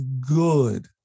good